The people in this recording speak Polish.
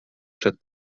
przed